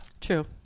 True